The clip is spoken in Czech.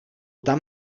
tam